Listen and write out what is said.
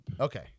Okay